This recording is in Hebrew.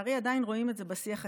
ולצערי עדיין רואים את זה בשיח הציבורי.